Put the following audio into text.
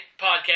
podcast